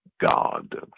God